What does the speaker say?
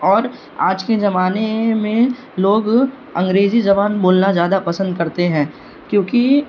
اور آج کے زمانے میں لوگ انگریزی زبان بولنا زیادہ پسند کرتے ہیں کیوںکہ